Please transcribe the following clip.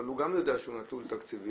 אבל הוא גם יודע שהוא נטול תקציבים